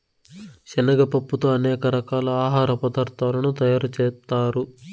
శనగ పప్పుతో అనేక రకాల ఆహార పదార్థాలను తయారు చేత్తారు